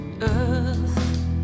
Earth